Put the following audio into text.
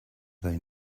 they